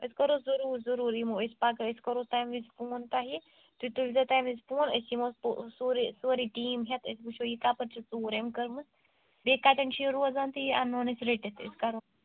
أسۍ کرو ضروٗر ضروٗر یِمو أسۍ پگاہ أسۍ کرو تٔمۍ وِزِ فون تۄہہِ تُہۍ تُلۍزیٚو تمہِ وِز فون أسی یِمو سورے سورُے سورُے ٹیٖم ہٮ۪تھ أسی وٕچھو یہِ کپٲرۍ چھِ ژوٗر أمۍ کٔرمٕژ بییہِ کَتِیٚن چھِ یہِ روزان تہِ یہِ اَنہٕ ہون أسۍ رٔٹِتھ أسۍ کرو